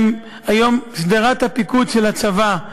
היום שדרת הפיקוד של הצבא,